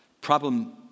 Problem